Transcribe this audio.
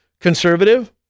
conservative